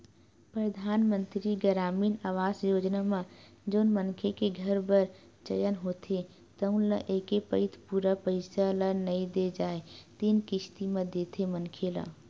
परधानमंतरी गरामीन आवास योजना म जउन मनखे के घर बर चयन होथे तउन ल एके पइत पूरा पइसा ल नइ दे जाए तीन किस्ती म देथे मनखे ल